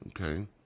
okay